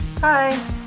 Hi